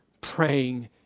praying